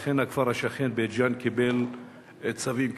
אכן, הכפר השכן, בית-ג'ן, קיבל צווים כאלה.